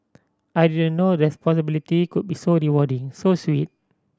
I didn't know responsibility could be so rewarding so sweet